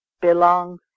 belongs